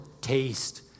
taste